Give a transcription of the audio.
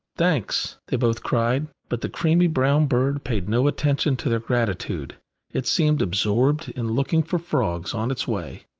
thanks! they both cried, but the creamy brown bird paid no attention to their gratitude it seemed absorbed in looking for frogs on its way.